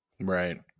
right